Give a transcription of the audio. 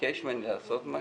מבקש ממני לעשות משהו,